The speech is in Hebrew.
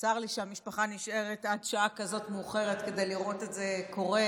צר לי שהמשפחה נשארת עד שעה כזאת מאוחרת כדי לראות את זה קורה,